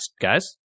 guys